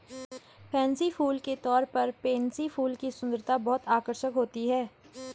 fancy फूल के तौर पर पेनसी फूल की सुंदरता बहुत आकर्षक होती है